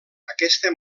aquesta